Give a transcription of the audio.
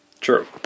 True